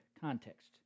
context